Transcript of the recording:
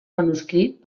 manuscrit